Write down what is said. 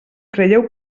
creieu